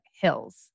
hills